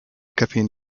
caffeine